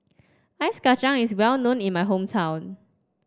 Ice Kachang is well known in my hometown